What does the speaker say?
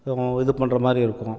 இது பண்ற மாதிரி இருக்கும்